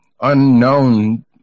unknown